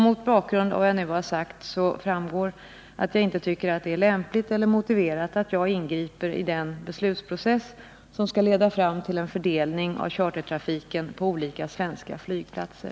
Mot bakgrund av vad jag nu har sagt framgår att jag inte tycker att det är lämpligt eller motiverat att jag ingriper i den beslutsprocess som skall leda fram till en fördelning av chartertrafiken på olika svenska flygplatser.